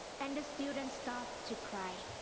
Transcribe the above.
and the student start to cry.